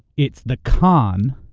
it's the con,